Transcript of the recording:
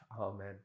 amen